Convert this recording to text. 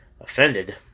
offended